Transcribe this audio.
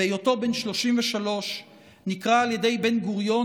ובהיותו בן 33 נקרא על ידי בן-גוריון